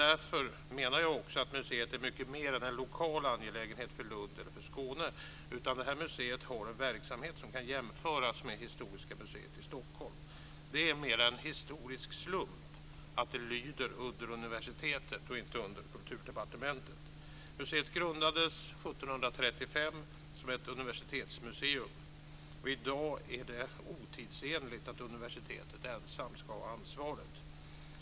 Därför menar jag att museet är mycket mer än en lokal angelägenhet för Lund eller för Skåne. Museet har i stället en verksamhet som kan jämföras med Historiska museet i Stockholm. Det är mer en historisk slump att det lyder under universitetet, inte under Kulturdepartementet. Museet grundades år 1735 som ett universitetsmuseum, men i dag är det otidsenligt att universitetet ensamt ska ha ansvaret.